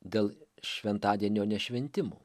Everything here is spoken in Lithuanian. dėl šventadienio nešventimų